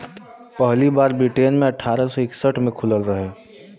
पहली बार ब्रिटेन मे अठारह सौ इकसठ मे खुलल रहे